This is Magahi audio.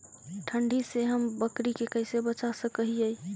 ठंडी से हम बकरी के कैसे बचा सक हिय?